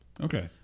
Okay